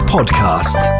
Podcast